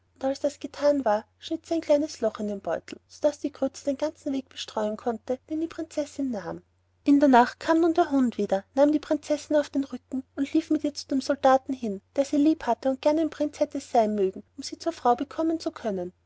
als das gethan war schnitt sie ein kleines loch in den beutel sodaß die grütze den ganzen weg bestreuen konnte den die prinzessin nahm in der nacht kam nun der hund wieder nahm die prinzessin auf den rücken und lief mit ihr zu dem soldaten hin der sie lieb hatte und gern ein prinz hätte sein mögen um sie zur frau bekommen zu können